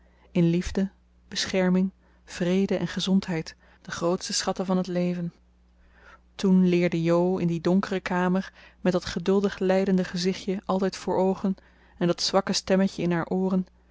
in liefde bescherming vrede en gezondheid de grootste schatten van het leven toen leerde jo in die donkere kamer met dat geduldig lijdende gezichtje altijd voor oogen en dat zwakke stemmetje in haar ooren